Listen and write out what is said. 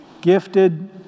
gifted